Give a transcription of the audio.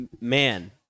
man